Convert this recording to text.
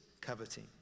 coveting